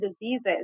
diseases